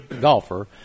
golfer